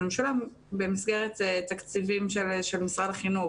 זה ממשלה במסגרת תקציבים של משרד החינוך,